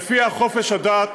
שלפיה חופש הדת